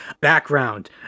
Background